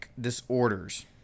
disorders